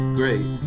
great